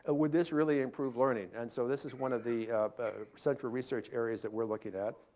ah would this really improve learning? and so this is one of the central research areas that we're looking at.